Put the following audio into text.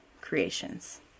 creations